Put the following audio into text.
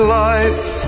life